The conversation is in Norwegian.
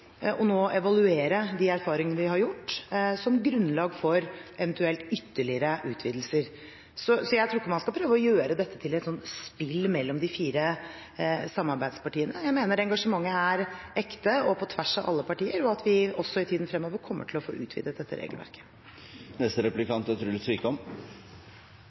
viktig nå å evaluere de erfaringene vi har gjort som grunnlag for eventuelt ytterligere utvidelser. Så jeg tror ikke man skal prøve å gjøre dette til et spill mellom de fire samarbeidspartiene. Jeg mener engasjementet er ekte og på tvers av alle partier, og at vi også i tiden fremover kommer til å få utvidet dette regelverket.